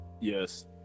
yes